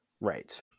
right